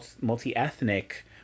multi-ethnic